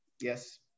yes